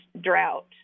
drought